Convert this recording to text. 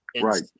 Right